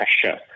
pressure